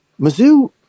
Mizzou